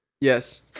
Yes